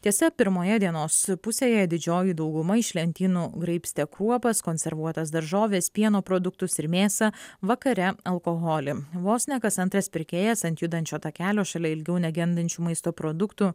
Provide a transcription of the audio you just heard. tiesa pirmoje dienos pusėje didžioji dauguma iš lentynų graibstė kruopas konservuotas daržoves pieno produktus ir mėsą vakare alkoholį vos ne kas antras pirkėjas ant judančio takelio šalia ilgiau negendančių maisto produktų